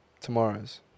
Tomorrow's